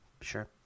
sure